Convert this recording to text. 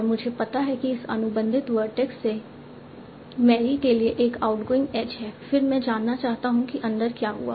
और मुझे पता है कि इस अनुबंधित वर्टेक्स से मैरी के लिए एक आउटगोइंग एज है फिर मैं जानना चाहता हूं कि अंदर क्या हुआ